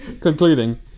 concluding